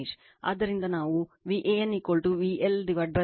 ಆದ್ದರಿಂದ ನಾವು Van VL√ 3 ಕೋನ 30o ಎಂದು ಬರೆಯಬಹುದು